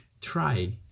try